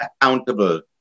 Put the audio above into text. accountable